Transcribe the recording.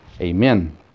Amen